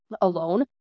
alone